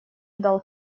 дал